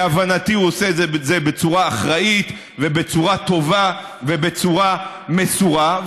ולהבנתי הוא עושה את זה בצורה אחראית ובצורה טובה ובצורה מסורה.